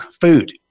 food